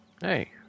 Hey